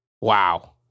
Wow